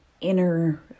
inner